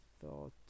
thought